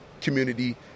community